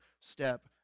step